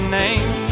name